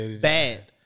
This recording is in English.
Bad